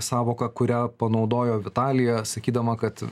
sąvoka kurią panaudojo vitalija sakydama kad